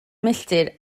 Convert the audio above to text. milltir